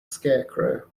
scarecrow